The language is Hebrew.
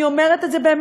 אני אומרת את זה באמת,